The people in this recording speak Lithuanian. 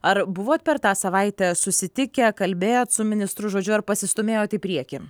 ar buvot per tą savaitę susitikę kalbėjot su ministru žodžiu ar pasistūmėjot į priekį